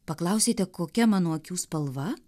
paklausėte kokia mano akių spalva